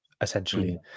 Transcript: essentially